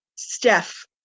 Steph